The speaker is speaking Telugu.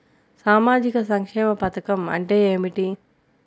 సామాజిక సంక్షేమ పథకం అంటే ఏమిటి?